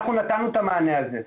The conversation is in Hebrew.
אנחנו נתנו את המענה הזה.